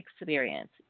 experience